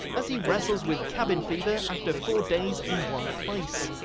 as he wrestles with cabin fever after four days in one place.